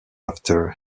after